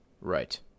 right